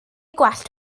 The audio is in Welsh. gwallt